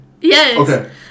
Yes